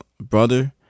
brother